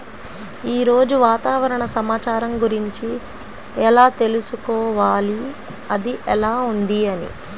ఈరోజు వాతావరణ సమాచారం గురించి ఎలా తెలుసుకోవాలి అది ఎలా ఉంది అని?